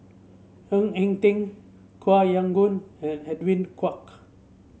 Ng Eng Teng Koh Yong Guan and Edwin Koek